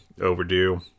overdue